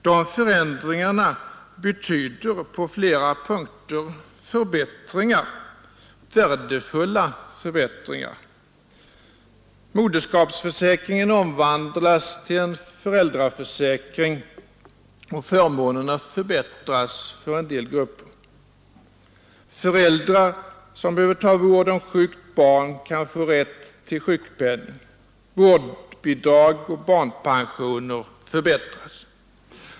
De förändringarna betyder på flera punkter värdefulla förbättringar. Moderskapsförsäkringen omvandlas till en föräldraförsäkring, och förmånerna förbättras för en del grupper. Föräldrar som behöver ta vård om sjukt barn kan få rätt till sjukpenning. Vårdbidrag och barnpensioner förbättras.